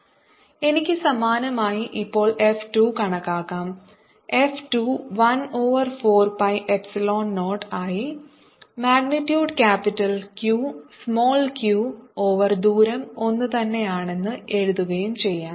F114π0Qqa2y232 എനിക്ക് സമാനമായി ഇപ്പോൾ F 2 കണക്കാക്കാം F 2 1ഓവർ 4 പൈ എപ്സിലോൺ 0 ആയി magnitude capital Q small q over ദൂരം ഒന്നുതന്നെയാണെന്നു എഴുതുകയും ചെയ്യും